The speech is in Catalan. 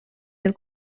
del